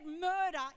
murder